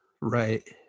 Right